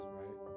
right